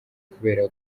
kubera